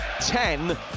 Ten